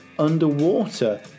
underwater